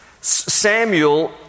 Samuel